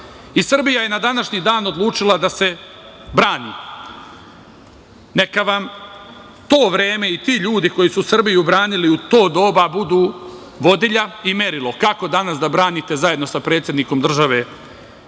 i Srbija je na današnji dan odlučila da se brani. Neka vam to vreme i ti ljudi koji su Srbiju branili u to doba, budu vodilja i merilo kako danas da branite zajedno sa predsednikom države